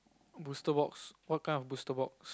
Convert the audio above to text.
booster box what kind of booster box